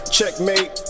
Checkmate